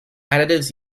additives